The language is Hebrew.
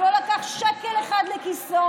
הוא לא לקח שקל אחד לכיסו,